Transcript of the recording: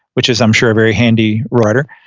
which is, i'm sure, a very handy writer.